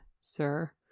sir